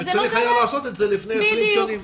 וצריך היה לעשות את זה לפני שנים.